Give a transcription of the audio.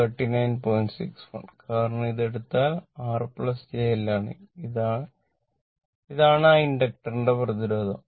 61 o കാരണം ഇത് എടുത്താൽ അത് r j L ആണ് ഇതാണ് ആ ഇൻഡക്ടറിന്റെ പ്രതിരോധം